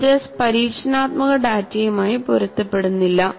fringes പരീക്ഷണാത്മക ഡാറ്റയുമായി പൊരുത്തപ്പെടുന്നില്ല